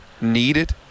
needed